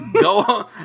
Go